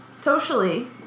socially